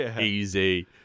Easy